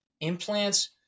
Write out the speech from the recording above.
implants